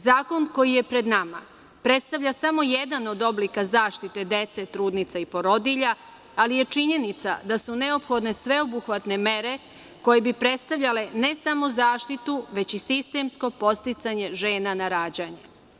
Zakon koji je pred nama predstavlja samo jedan od oblika zaštite dece, trudnica i porodilja, ali je činjenica da su neophodne sveobuhvatne mere koje bi predstavljale ne samo zaštitu već i sistemsko podsticanje žena na rađanje.